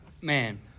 Man